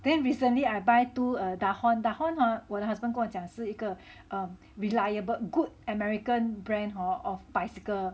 then recently I buy two err Dahon Dahon !huh! 我的 husband 跟我讲是一个 um reliable good american brand hor of bicycle